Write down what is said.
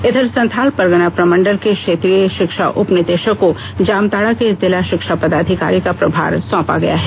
इधर संथाल परगना प्रमंडल के क्षेत्रीय शिक्षा उप निदेशक को जामताड़ा के जिला शिक्षा पदाधिकारी का प्रभार सौंपा गया है